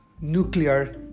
nuclear